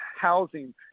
housing